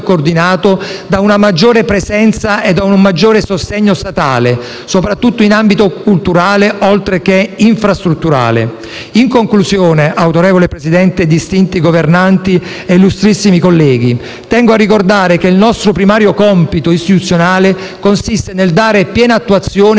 coordinato da una maggiore presenza e da un maggiore sostegno statale, soprattutto in ambito culturale, oltre che infrastrutturale. In conclusione, autorevole Presidente, distinti governanti e illustrissimi colleghi, tengo a ricordare che il nostro primario compito istituzionale consiste nel dare piena attuazione